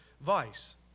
vice